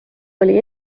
oli